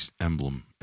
emblem